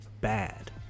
bad